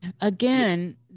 Again